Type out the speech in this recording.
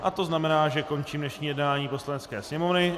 A to znamená, že končím dnešní jednání Poslanecké sněmovny.